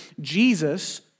Jesus